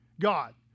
God